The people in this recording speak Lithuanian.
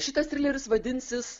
šitas trileris vadinsis